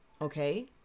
okay